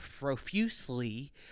profusely